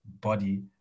body